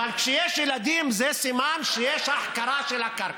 אבל כשיש ילדים זה סימן שיש החכרה של הקרקע,